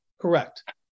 Correct